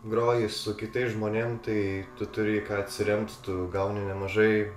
groji su kitais žmonėm tai tu turi į ką atsiremt tu gauni nemažai